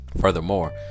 Furthermore